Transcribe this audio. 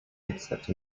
except